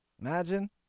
Imagine